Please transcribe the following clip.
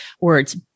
words